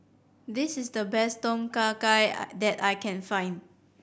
this is the best Tom Kha Gai that I can find